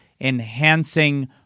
enhancing